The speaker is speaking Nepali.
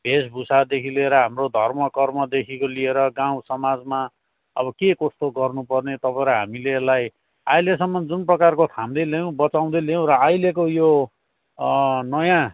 भेषभूषादेखि लिएर हाम्रो धर्म कर्मदेखिको लिएर गाउँ समाजमा अब के कस्तो गर्नुपर्ने तपाईँ र हामीले यसलाई अहिलेसम्म जुन प्रकारको थाम्दै ल्यायौँ बचाउँदै ल्यायौँ र अहिलेको यो नयाँ